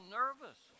nervous